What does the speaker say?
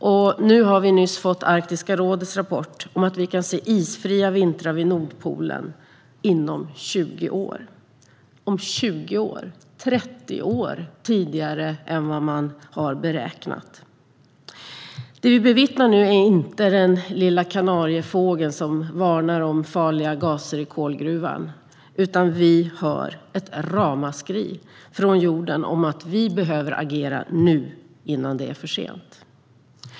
Och vi har nyligen fått Arktiska rådets rapport om att vi kan se isfria vintrar vid Nordpolen inom 20 år. 20 år - det är 30 år tidigare än vad man har beräknat. Det som vi nu bevittnar är inte den lilla kanariefågeln som varnar om farliga gaser i kolgruvan, utan vi hör ett ramaskri från jorden om att vi behöver agera nu, innan det är för sent.